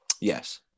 Yes